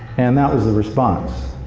and that was the response.